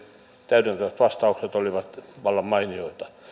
täydentävät vastaukset olivat vallan mainioita